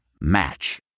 Match